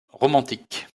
romantique